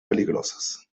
peligrosas